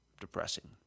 Depressing